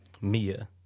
Mia